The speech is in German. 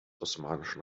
osmanischen